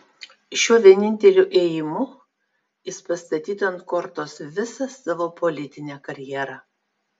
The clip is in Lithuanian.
šiuo vieninteliu ėjimu jis pastatytų ant kortos visą savo politinę karjerą